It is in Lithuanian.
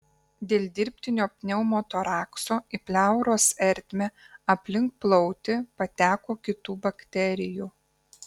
dėl dirbtinio pneumotorakso į pleuros ertmę aplink plautį pateko kitų bakterijų